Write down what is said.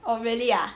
oh really ah